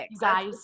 Guys